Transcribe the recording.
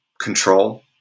control